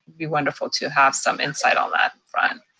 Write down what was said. be wonderful to have some insight on that front.